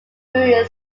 grew